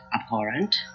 abhorrent